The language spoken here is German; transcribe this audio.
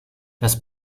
das